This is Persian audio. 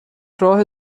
راه